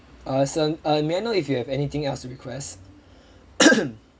err sir um may I know if you have anything else to request